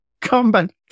Comeback